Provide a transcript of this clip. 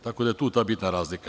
Tako da je tu ta bitna razlika.